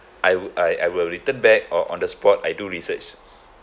I'll I I will return back or on the spot I do research